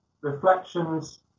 reflections